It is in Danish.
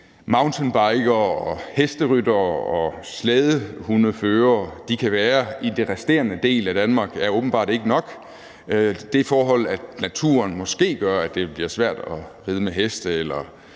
mountainbikere, hesteryttere og slædehundeførere kan være i den resterende del af Danmark, er åbenbart ikke nok. Det forhold, at naturen måske gør, at det bliver svært at ride med heste eller